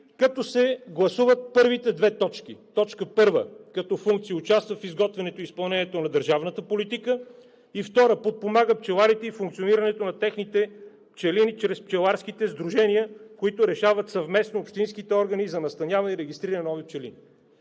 да се гласуват първите две точки – като функция т. 1 участва в изготвянето и изпълнението на държавната политика и т. 2 подпомага пчеларите и функционирането на техните пчелини чрез пчеларските сдружения, които решават съвместно общинските органи за настаняване и регистриране на нови пчели.